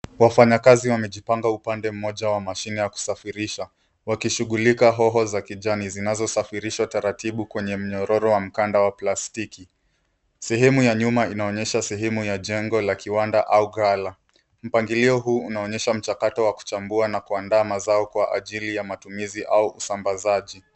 Wafanyakazi wamepanga upande moja wa mashine ya kusafirisha wakishughulika hoho za kijani zinazosafirishwa taratibu kwenye mnyororo wa mkanda wa plastiki. Sehemu ya nyuma inaonyesha sehemu ya jengo la kiwanda au ghala, mpangilio huu unaonyesha mchakato wa kuchambua na kuandaa mazao kwa ajili ya matumizi au usambazaji.